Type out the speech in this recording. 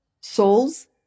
souls